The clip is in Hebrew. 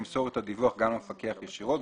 ימסור את הדיווח גם למפקח ישירות,